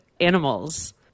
animals